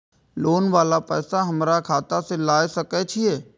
Loan वाला पैसा हमरा खाता से लाय सके छीये?